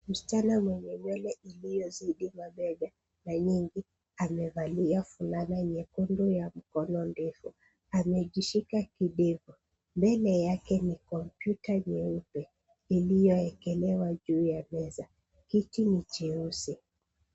Msichana mwenye nywele iliyozidi mabega na nyingi amevalia fulana nyekundu ya mkono ndefu amejishika kidevu . Mbele yake ni kompyuta nyeupe iloyoekelewa juu ya meza kiti ni cheusi.